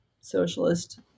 socialist